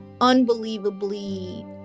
unbelievably